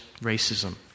racism